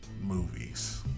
movies